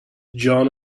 john